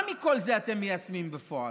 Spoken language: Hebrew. מה מכל זה אתם מיישמים בפועל?